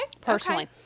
Personally